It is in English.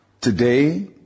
today